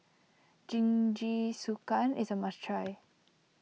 Jingisukan is a must try